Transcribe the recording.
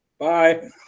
Bye